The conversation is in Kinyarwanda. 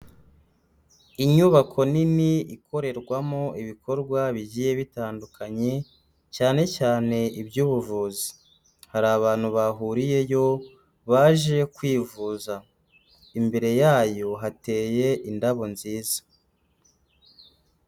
Inyubako nini ikorerwamo ibikorwa bigiye bitandukanye cyane cyane iby'ubuvuzi, hari abantu bahuriyeyo baje kwivuza, imbere yayo hateye indabo nziza.